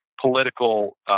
political